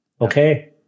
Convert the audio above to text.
okay